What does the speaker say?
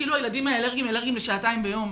כאילו הילדים האלרגיים אלרגיים לשעתיים ביום.